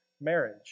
marriage